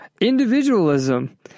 Individualism